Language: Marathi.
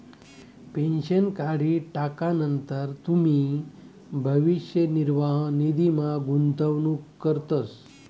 पेन्शन काढी टाकानंतर तुमी भविष्य निर्वाह निधीमा गुंतवणूक करतस